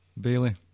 Bailey